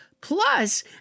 Plus